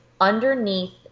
underneath